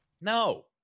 No